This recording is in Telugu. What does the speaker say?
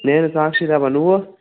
నేను సాక్షి పేపర్ నువ్వు